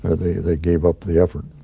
ah they they gave up the effort.